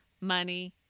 money